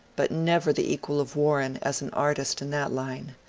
but never the equal of warren as an artist in that line.